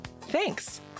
Thanks